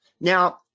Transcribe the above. Now